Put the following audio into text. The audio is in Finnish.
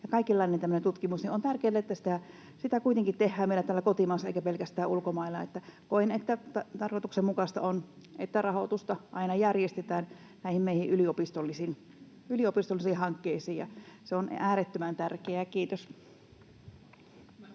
kaikenlaista tämmöistä tutkimusta kuitenkin tehdään meillä täällä kotimaassa eikä pelkästään ulkomailla. Koen, että tarkoituksenmukaista on, että rahoitusta aina järjestetään näihin meidän yliopistollisiin hankkeisiin. Se on äärettömän tärkeää. — Kiitos.